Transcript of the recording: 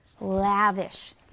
lavish